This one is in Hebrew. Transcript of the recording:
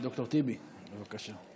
ד"ר טיבי, בבקשה.